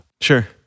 Sure